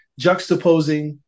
juxtaposing